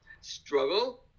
struggle